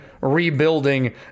rebuilding